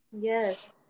Yes